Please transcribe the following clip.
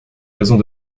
raisons